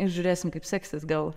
ir žiūrėsim kaip seksis gal